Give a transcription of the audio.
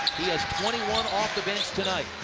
he has twenty one off the bench tonight.